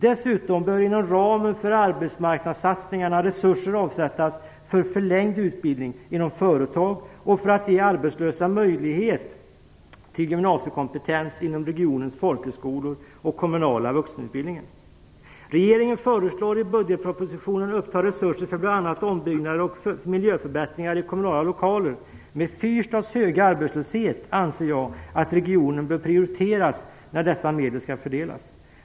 Dessutom bör inom ramen för arbetsmarknadssatsningarna avsättas resurser för förlängd utbildning inom företag och för att ge arbetslösa möjlighet till gymnasiekompetens inom regionens folkhögskolor och den kommunala vuxenutbildningen. Regeringen föreslår i budgetpropositionen att resurser upptas för bl.a. ombyggnader och miljöförbättringar i kommunala lokaler. Med Fyrstads höga arbetslöshet anser jag att regionen bör prioriteras när dessa medel skall fördelas.